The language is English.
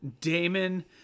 Damon